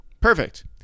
Perfect